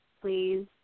please